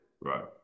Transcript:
Right